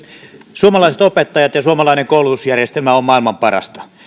suomalaiset opettajat ja suomalainen koulutusjärjestelmä ovat maailman parhaita